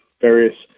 various